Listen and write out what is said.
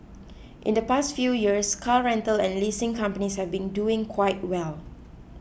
in the past few years car rental and leasing companies have been doing quite well